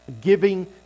Giving